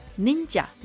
Ninja